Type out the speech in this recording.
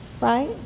right